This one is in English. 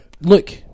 Look